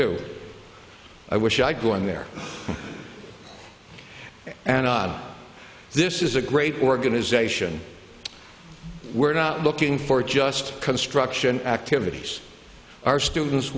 do i wish i'd gone there and this is a great organization we're not looking for just construction activities our students